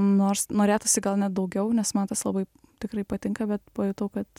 nors norėtųsi gal net daugiau nes man tas labai tikrai patinka bet pajutau kad